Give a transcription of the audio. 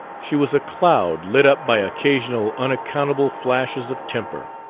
she was a cloud lit up by occasional unaccountable flashes of temper.